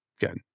Good